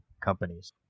companies